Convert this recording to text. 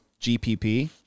GPP